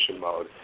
mode